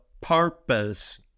purpose